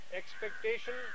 expectation